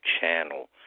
channel